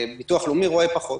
ביטוח לאומי רואה פחות.